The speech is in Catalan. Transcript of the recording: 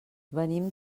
venim